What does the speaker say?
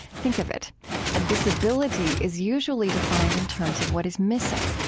think of it a disability is usually defined in terms of what is missing,